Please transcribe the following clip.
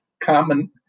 common